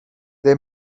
they